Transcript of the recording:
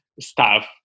staff